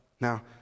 Now